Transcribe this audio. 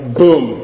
boom